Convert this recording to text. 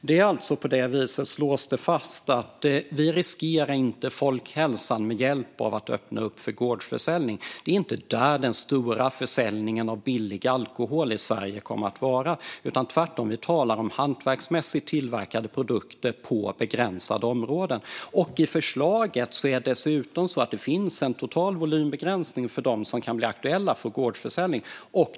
Herr talman! Det slås alltså fast att vi inte riskerar folkhälsan genom att öppna upp för gårdsförsäljning. Det är inte där den stora försäljningen av billig alkohol i Sverige kommer att ske. Tvärtom talar vi om hantverksmässigt tillverkade produkter på begränsade områden. I förslaget finns det dessutom en total volymbegränsning för dem som kan bli aktuella för gårdsförsäljning.